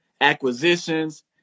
acquisitions